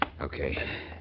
Okay